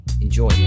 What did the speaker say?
enjoy